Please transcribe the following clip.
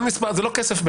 כנראה זה לא באמת כסף.